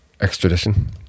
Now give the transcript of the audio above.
Extradition